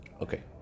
Okay